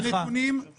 הנתונים אומרים אחרת.